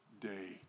day